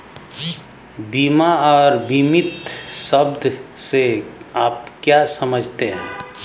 बीमा और बीमित शब्द से आप क्या समझते हैं?